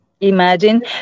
imagine